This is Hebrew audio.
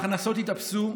ההכנסות התאפסו,